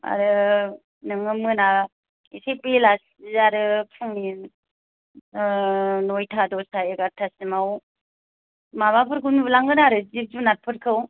आरो नोङो मोना एसे बेलासि आरो फुंनि ओ नयथा दसथा एगार'था सिमाव माबाफोरखौ नुलांगोन आरो जिब जुरफोरखौ